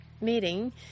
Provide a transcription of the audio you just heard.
meeting